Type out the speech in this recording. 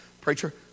preacher